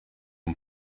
een